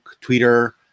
Twitter